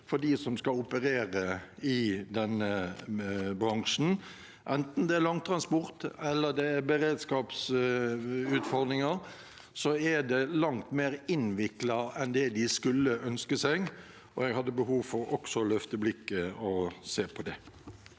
for dem som skal operere i denne bransjen. Enten det er langtransport eller beredskapsutfordringer, er det langt mer innviklet enn det en skulle ønske seg. Jeg hadde behov for også å løfte blikket og se på det.